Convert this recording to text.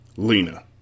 Lena